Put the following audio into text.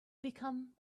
become